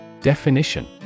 Definition